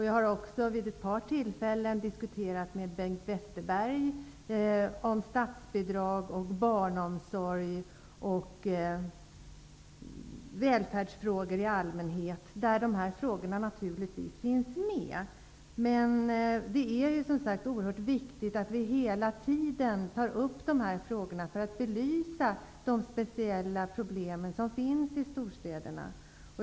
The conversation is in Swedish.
Jag har också vid ett par tillfällen med Bengt Westerberg diskuterat statsbidrag, barnomsorg och välfärdsfrågor i allmänhet, och då togs de här frågorna naturligtvis upp. Det är, som sagt var, oerhört viktigt att vi hela tiden tar upp de här frågorna för att belysa de speciella problem som finns i storstäderna.